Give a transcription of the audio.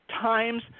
times